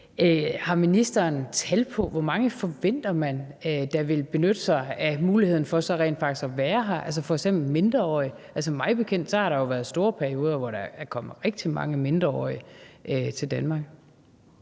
Har ministeren tal på, hvor mange man forventer der vil benytte sig af muligheden for så rent faktisk at være her, f.eks. mindreårige? Altså, mig bekendt har der jo været lange perioder, hvor der er kommet rigtig mange mindreårige til Danmark.